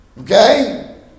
Okay